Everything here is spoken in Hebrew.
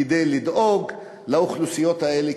כדי לדאוג לאוכלוסיות האלה,